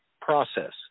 process